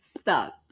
Stop